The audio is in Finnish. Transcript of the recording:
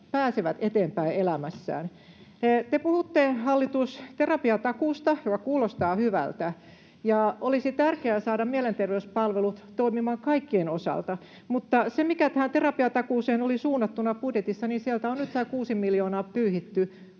pääsevät eteenpäin elämässään. Te puhutte, hallitus, terapiatakuusta, joka kuulostaa hyvältä, ja olisi tärkeätä saada mielenterveyspalvelut toimimaan kaikkien osalta. Mutta se, mikä tähän terapiatakuuseen oli suunnattuna budjetissa, tämä 6 miljoonaa, on sieltä